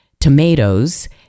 tomatoes